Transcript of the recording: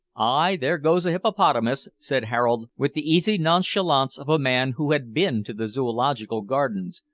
ay, there goes a hippopotamus, said harold, with the easy nonchalance of a man who had been to the zoological gardens,